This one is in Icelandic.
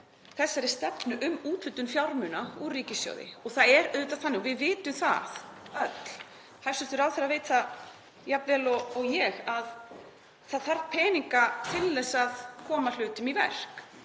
þessari stefnu um úthlutun fjármuna úr ríkissjóði. Það er auðvitað þannig, og við vitum það öll, hæstv. ráðherra veit það jafn vel og ég, að það þarf peninga til að koma hlutum í verk.